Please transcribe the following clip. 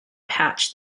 pouch